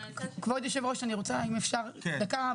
כבוד יושב ראש אני רוצה אם אפשר דקה,